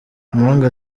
impanga